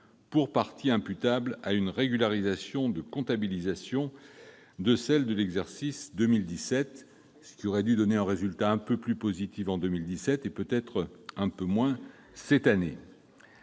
pour partie imputable à une régularisation de comptabilisation de celles de l'exercice 2017, ce qui aurait dû donner un résultat un peu plus positif en 2017 et sans doute légèrement moins élevé cette année.